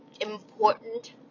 important